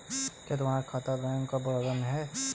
क्या तुम्हारा खाता बैंक ऑफ बड़ौदा में है?